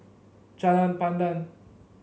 Jalan Pandan